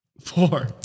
Four